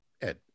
Ed